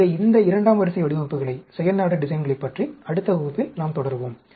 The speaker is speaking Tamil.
எனவே இந்த இரண்டாம் வரிசை வடிவமைப்புகளைப் பற்றி அடுத்த வகுப்பில் நாம் தொடருவோம்